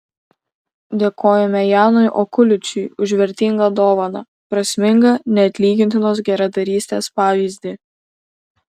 dėkojame janui okuličiui už vertingą dovaną prasmingą neatlygintinos geradarystės pavyzdį